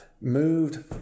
moved